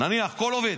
כל עובד,